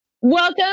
Welcome